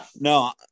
no